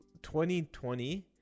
2020